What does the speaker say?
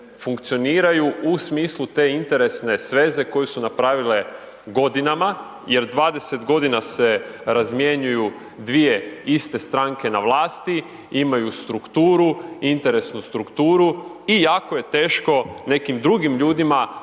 funkcioniranju u smislu te interesne sveze koju su napravile godinama, jer 20 g. se razmjenjuju 2 iste stranke na vlasti, imaju strukturu, interesnu strukturu i jako je teško nekim drugim ljudima